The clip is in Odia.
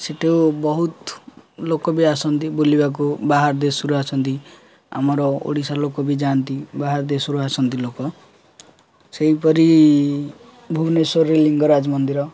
ସେଠୁ ବହୁତ ଲୋକ ବି ଆସନ୍ତି ବୁଲିବାକୁ ବାହାର ଦେଶରୁ ଆସନ୍ତି ଆମର ଓଡ଼ିଶା ଲୋକ ବି ଯାଆନ୍ତି ବାହାର ଦେଶରୁ ଆସନ୍ତି ଲୋକ ସେହିପରି ଭୁବନେଶ୍ୱରରେ ଲିଙ୍ଗରାଜ ମନ୍ଦିର